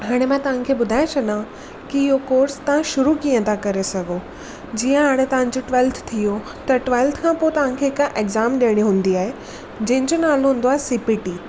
हाणे मां तव्हांखे ॿुधाए छॾियां की इहो कोर्स तव्हां शुरू कीअं था करे सघो जीअं हाणे तव्हांजो ट्वैल्थ थियो त ट्वैल्थ खां पोइ तव्हांखे हिक एक्ज़ाम ॾेयणी हूंदी आहे जंहिंजो नालो हूंदो आहे सीपीटी